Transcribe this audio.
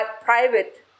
private